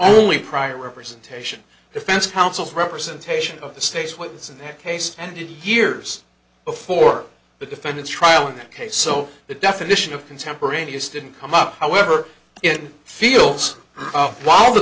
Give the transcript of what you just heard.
only prior representation defense counsel representation of the state's witness in the case and years before the defendant's trial in the case so the definition of contemporaneous didn't come up however in fields while the